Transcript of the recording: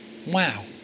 Wow